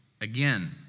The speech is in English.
Again